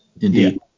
indeed